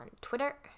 Twitter